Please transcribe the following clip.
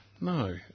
no